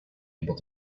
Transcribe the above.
able